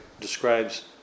describes